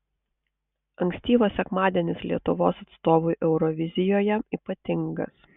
ankstyvas sekmadienis lietuvos atstovui eurovizijoje ypatingas